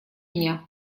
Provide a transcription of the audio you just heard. дня